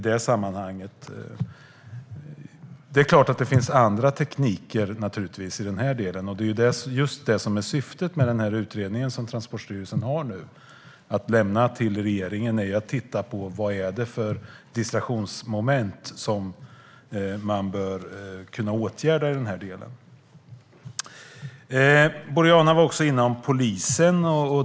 Det är klart att det finns annan teknik för detta. Syftet med den utredning som Transportstyrelsen ska lämna till regeringen är just att titta på vilka distraktionsmoment man bör kunna åtgärda. Boriana tog även upp polisen.